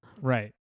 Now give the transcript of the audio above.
Right